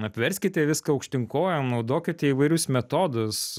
apverskite viską aukštyn kojom naudokite įvairius metodus